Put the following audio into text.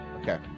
Okay